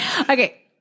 okay